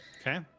Okay